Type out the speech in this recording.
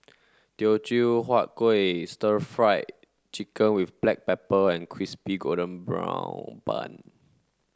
Teochew Huat Kuih stir fried chicken with black pepper and crispy golden brown bun